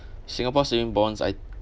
singapore saving bonds I